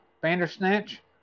Bandersnatch